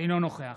אינו נוכח